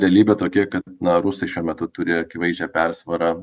realybė tokia kad na rusai šiuo metu turi akivaizdžią persvarą